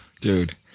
Dude